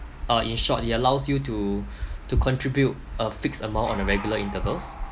uh in short it allows you to to contribute a fixed amount on a regular intervals